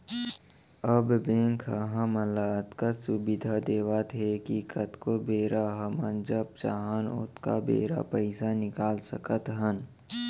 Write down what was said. अब बेंक ह हमन ल अतका सुबिधा देवत हे कि कतको बेरा हमन जब चाहन ओतका बेरा पइसा निकाल सकत हन